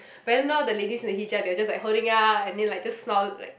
then now the ladies in the hijab they are just like holding up and then like smile like